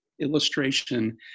illustration